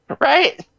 Right